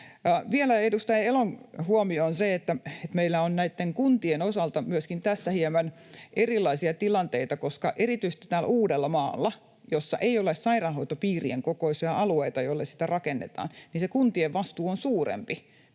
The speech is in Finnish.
Vielä edustaja Elon huomioon se, että meillä on kuntien osalta myöskin tässä hieman erilaisia tilanteita, koska erityisesti täällä Uudellamaalla, jossa ei ole sairaanhoitopiirien kokoisia alueita, joille sitä rakennetaan, se kuntien vastuu on suurempi